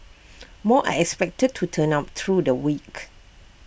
more are expected to turn up through the week